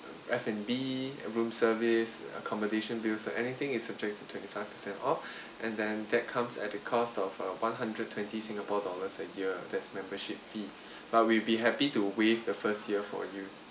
F&B room service accommodation bills or anything is subject to twenty five percent off and then that comes at the cost of uh one hundred twenty singapore dollars a year that's membership fee but we'll be happy to waive the first year for you